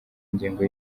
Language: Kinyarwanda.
ingengo